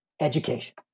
education